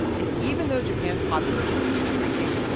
and even though japan's population is shrinking,